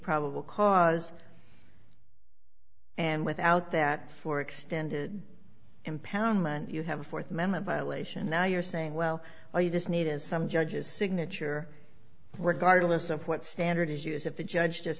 probable cause and without that for extended impoundment you have a fourth amendment violation now you're saying well or you just needed some judge's signature regardless of what standard is used if the judge just